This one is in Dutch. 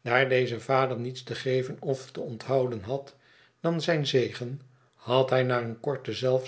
daar deze vader niets te geven of te onthouden had dan zijn zegen had hij na een korten